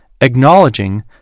acknowledging